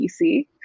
PC